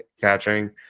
catching